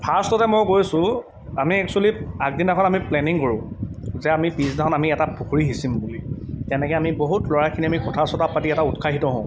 ফাৰ্ষ্টতে মই গৈছোঁ আমি একচুৱেলি আগদিনাখন আমি প্লেনিং কৰোঁ যে আমি পিছদিনাখন আমি এটা পুখুৰী সিঁচিম বুলি তেনেকৈ আমি বহুত ল'ৰাখিনি আমি কথা চথা পাতি এটা উৎসাহিত হওঁ